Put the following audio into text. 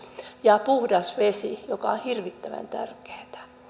ja puhdas vesi joka on hirvittävän